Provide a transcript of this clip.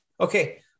Okay